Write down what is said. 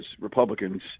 Republicans